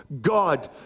God